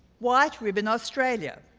white ribbon australia.